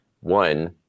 One